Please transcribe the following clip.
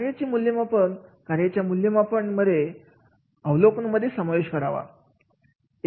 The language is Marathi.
कार्याचे मूल्यमापन कार्याच्या मूल्यमापन यामध्ये कार्याच्या अवलोकनाचा समावेश करावा